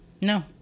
No